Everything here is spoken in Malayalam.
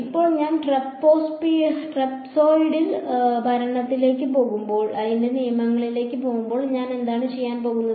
ഇപ്പോൾ ഞാൻ ട്രപസോയ്ഡൽ ഭരണത്തിലേക്ക് പോകുമ്പോൾ ഞാൻ എന്താണ് ചെയ്യാൻ പോകുന്നത്